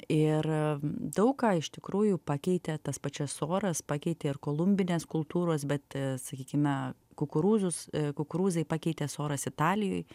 ir daug ką iš tikrųjų pakeitė tas pačias soras pakeitė ir kolumbinės kultūros bet sakykime kukurūzus kukurūzai pakeitė soras italijoj